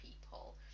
people